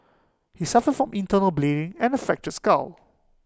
he suffered from internal bleeding and A fractured skull